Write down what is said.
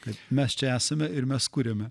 kad mes čia esame ir mes kuriame